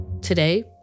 Today